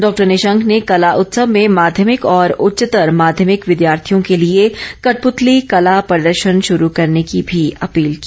डॉ निशंक ने कला उत्सव में माध्यमिक और उच्चतर माध्यमिक विद्यार्थियों के लिए कठपुतली कला प्रदर्शन शुरू करने की भी अपील की